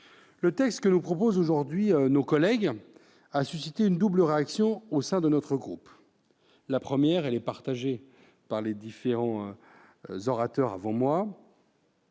Le texte que nous proposent aujourd'hui nos collègues a suscité une double réaction au sein de notre groupe. Première réaction, partagée par les précédents orateurs :